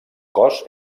cos